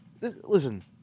listen